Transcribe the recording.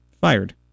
Fired